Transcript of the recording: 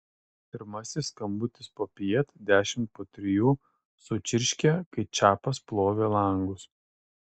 pirmasis skambutis popiet dešimt po trijų sučirškė kai čapas plovė langus